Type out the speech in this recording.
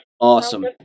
Awesome